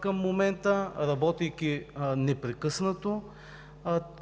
към момента, работейки непрекъснато,